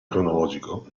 cronologico